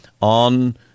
on